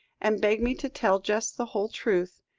and begged me to tell just the whole truth.